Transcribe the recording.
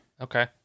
Okay